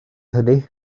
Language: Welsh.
hynny